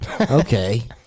okay